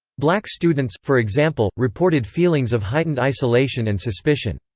black students, for example, reported feelings of heightened isolation and suspicion.